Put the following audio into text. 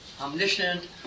Omniscient